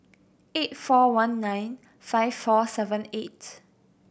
eight four one nine five four seven eight